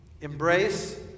Embrace